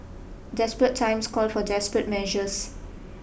desperate times call for desperate measures